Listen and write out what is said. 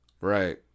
Right